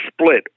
split